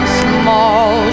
small